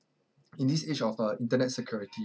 in this age of uh internet security